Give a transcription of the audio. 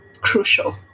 crucial